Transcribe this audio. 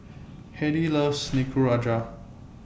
Hedy loves Nikujaga